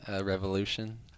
Revolution